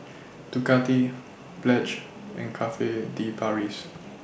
Ducati Pledge and Cafe De Paris